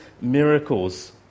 miracles